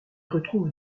retrouve